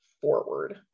forward